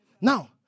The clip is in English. Now